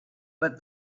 but